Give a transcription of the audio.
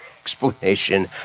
explanation